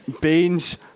beans